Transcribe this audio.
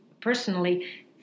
personally